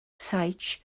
saets